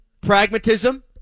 pragmatism